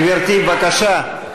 גברתי, בבקשה.